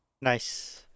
Nice